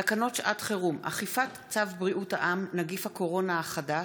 תקנות שעת חירום (אכיפת צו בריאות העם) (נגיף הקורונה החדש)